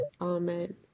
Amen